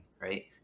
right